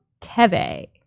Teve